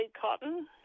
cotton